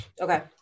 okay